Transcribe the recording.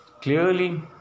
clearly